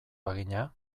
bagina